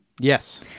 Yes